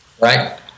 Right